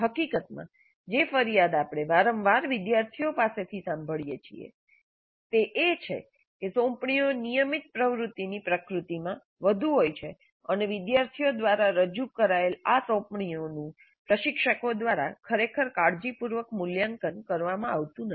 હકીકતમાં જે ફરિયાદ આપણે વિદ્યાર્થીઓ પાસેથી વારંવાર સાંભળીએ છીએ તે એ છે કે સોંપણીઓ નિયમિત પ્રવૃત્તિની પ્રકૃતિમાં વધુ હોય છે અને વિદ્યાર્થીઓ દ્વારા રજૂ કરાયેલ આ સોંપણીઓનું પ્રશિક્ષકો દ્વારા ખરેખર કાળજીપૂર્વક મૂલ્યાંકન કરવામાં આવતું નથી